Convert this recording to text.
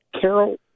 Carol